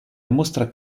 mostra